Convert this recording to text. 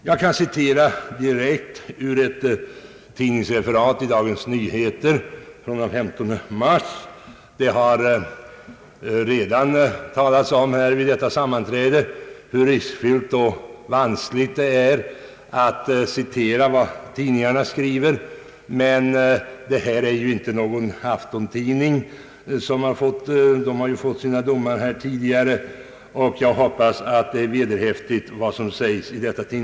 Jag skall läsa upp ett stycke ur ett tidningsreferat från konferensen. Vid detta sammanträde har det redan talats om hur riskfyllt och vanskligt det är att återge vad tidningarna skriver, men det här citatet är inte ur någon aftontidning — de har ju fått sina domar här tidigare — utan ur Dagens Nyheter från den 15 mars, och jag hoppas att refera tet är vederhäftigt.